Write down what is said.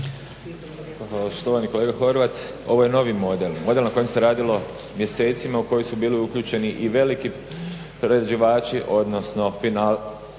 Štovani kolega Horvat ovo je novi model, model na kojem se radilo mjesecima u koji su bili uključeni i veliki prerađivači odnosno finalci